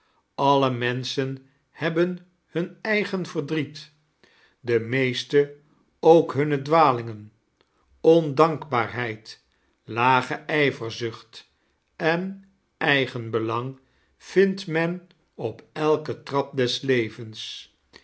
alle meoschen hebben hum eagen verdriet de meeete ook humme dwalingen ondankbaarheid lage ijvemzuicht en eigenlbelang vindt men op elken trap des levens